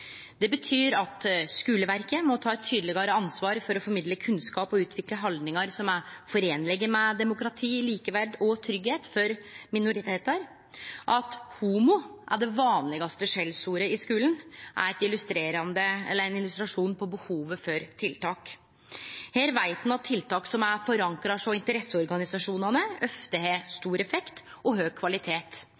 Det betyr at skuleverket må ta eit tydlegare ansvar for å formidle kunnskap og utvikle haldningar som er i samsvar med demokrati, likeverd og tryggleik for minoritetar. At «homo» er det vanlegaste skjellsordet i skulen, er ein illustrasjon på behovet for tiltak. Her veit me at tiltak som er forankra hos interesseorganisasjonane, ofte har stor effekt og høg kvalitet.